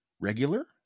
Regular